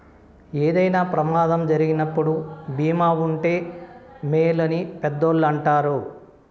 ఏదైనా ప్రమాదం జరిగినప్పుడు భీమా ఉంటే మేలు అని పెద్దోళ్ళు అంటారు